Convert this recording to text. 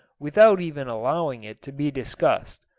without even allowing it to be discussed.